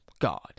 God